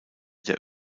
der